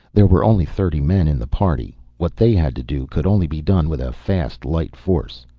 there were only thirty men in the party. what they had to do could only be done with a fast, light force.